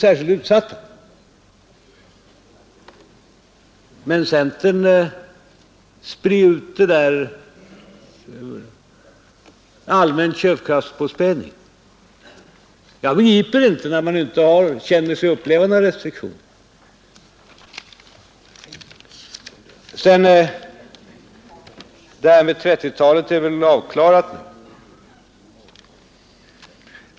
Centern vill emellertid sprida ut detta i form av en allmän köpkraftpåspädning. Jag kan inte begripa detta när man nu inte känner sig uppleva några restriktioner. Frågan om 1930-talets politik är väl avklarad.